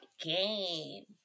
game